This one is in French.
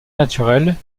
naturelle